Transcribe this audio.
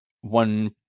One